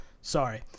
Sorry